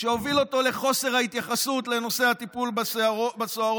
שהוביל אותו לחוסר ההתייחסות לנושא הטיפול בסוהרות